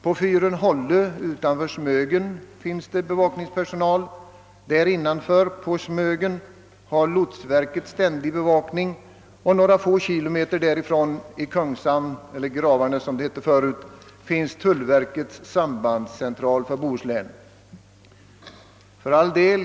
På fyren Hållö utanför Smögen finns personal; där innanför på Smögen har lotsverket ständig bevakning och några få kilometer därifrån — i Kungshamn —Gravarne — finns tullverkets sambandscentral för Bohuslän.